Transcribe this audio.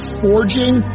forging